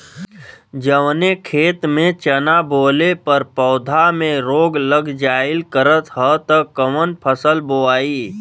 जवने खेत में चना बोअले पर पौधा में रोग लग जाईल करत ह त कवन फसल बोआई?